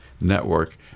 Network